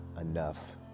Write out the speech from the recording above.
enough